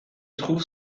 trouve